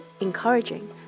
encouraging